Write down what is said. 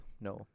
No